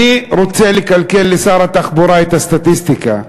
איני רוצה לקלקל לשר התחבורה את הסטטיסטיקה,